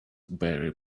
barry